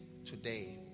today